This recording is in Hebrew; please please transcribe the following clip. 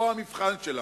פה המבחן שלנו,